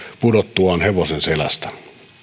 pudottuaan hevosen selästä